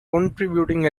contributing